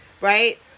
right